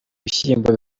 bishyimbo